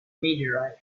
meteorite